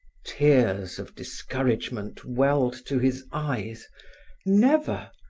tears of discouragement welled to his eyes never,